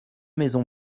maisons